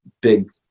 big